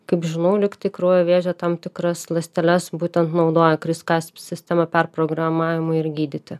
kaip žinau lyg tai kraujo vėžio tam tikras ląsteles būtent naudoja kriskas sistema perprogramavimui ir gydyti